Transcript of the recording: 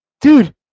Dude